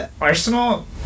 Arsenal